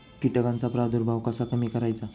कीटकांचा प्रादुर्भाव कसा कमी करायचा?